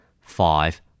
five